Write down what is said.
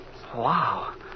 Wow